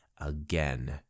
again